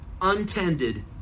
untended